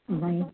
भई